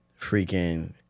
freaking